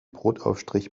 brotaufstrich